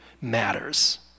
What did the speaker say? matters